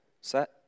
set